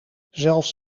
zelfs